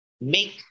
make